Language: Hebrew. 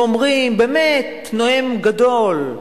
הם אומרים: באמת, נואם גדול.